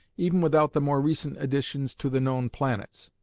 even without the more recent additions to the known planets.